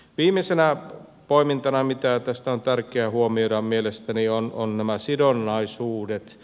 viimeisenä poimintona mitä tästä on tärkeä huomioida mielestäni ovat nämä sidonnaisuudet